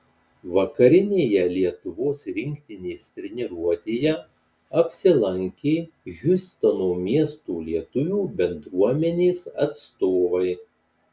vakarinėje lietuvos rinktinės treniruotėje apsilankė hjustono miesto lietuvių bendruomenės atstovai